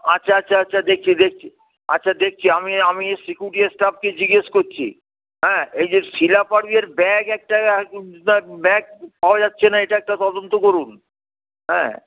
আচ্ছা আচ্ছা আচ্ছা দেখছি দেখছি আচ্ছা দেখছি আমি আমি এই সিকিউরিটি স্টাফকে জিজ্ঞেস করছি হ্যাঁ এই যে শিলা পাড়ুইয়ের ব্যাগ একটা ব্যাগ পাওয়া যাচ্ছে না এটা একটা তদন্ত করুন হ্যাঁ